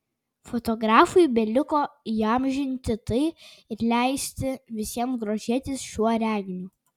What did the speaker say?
fotografui beliko įamžinti tai ir leisti visiems grožėtis šiuo reginiu